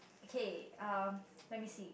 okay um let me see